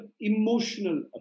emotional